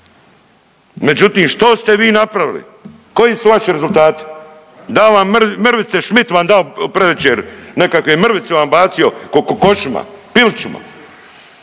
Međutim, što ste vi napravili? Koji su vaši rezultati? Dao vam mrvice Schmidt vam dao predvečer nekakve mrvice vam bacio ko kokošima, pilićima.